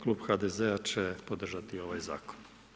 Klub HDZ-a će podržati ovaj Zakon.